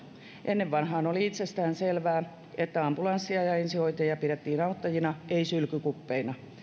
ennen vanhaan oli itsestäänselvää että ambulanssia ja ensihoitajia pidettiin auttajina ei sylkykuppeina